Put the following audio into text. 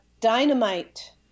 dynamite